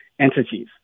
entities